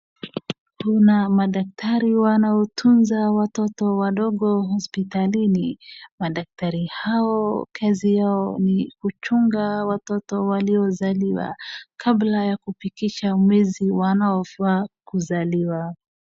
Kuna madaktari wanaotunza watoto wadogo hospitalini. Madaktari hao kazi yao ni kuchunga watoto waliozaliwa, kabla ya kufikisha mwezi wanaofaa kuzaliwa.